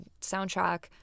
soundtrack